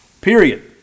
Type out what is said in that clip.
Period